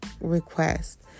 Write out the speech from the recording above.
request